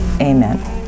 Amen